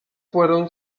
fueron